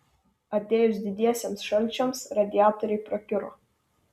atėjus didiesiems šalčiams radiatoriai prakiuro